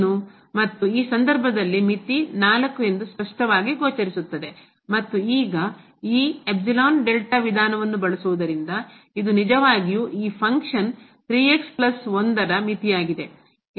ಮತ್ತು ಈ ಸಂದರ್ಭದಲ್ಲಿ ಮಿತಿ 4 ಎಂದು ಸ್ಪಷ್ಟವಾಗಿ ಗೋಚರಿಸುತ್ತದೆ ಮತ್ತು ಈಗ ಈ ವಿಧಾನವನ್ನು ಬಳಸುವುದರಿಂದ ಇದು ನಿಜವಾಗಿಯೂ ಈ ಫಂಕ್ಷನ್ ಕಾರ್ಯ ನ ಮಿತಿಯಾಗಿದೆ ಎಂದು